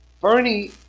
Bernie